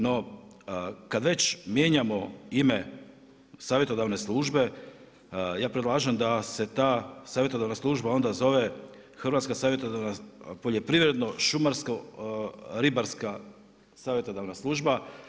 No, kada već mijenjamo ime savjetodavne službe ja predlažem da se ta savjetodavna služba onda zove Hrvatska savjetodavna poljoprivredno-šumarsko-ribarska savjetodavna služba.